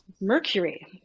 mercury